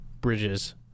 bridges